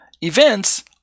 events